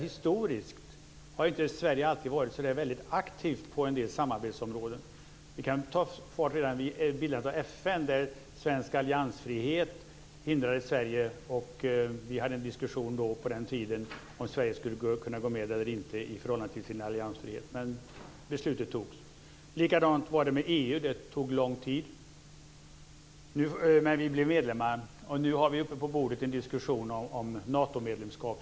Historiskt sett har Sverige inte alltid varit så väldigt aktivt på en del samarbetsområden. T.ex. hindrade svensk alliansfrihet Sverige vid bildandet av FN. Vi hade en diskussion på den tiden om ifall Sverige skulle kunna gå med i FN eller inte beroende på alliansfriheten, men vi fattade beslut om att göra det. Likadant var det med EU. Det tog lång tid innan vi blev medlemmar. Och nu har vi på bordet en diskussion om Natomedlemskap.